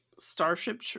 starship